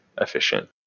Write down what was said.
efficient